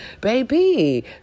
baby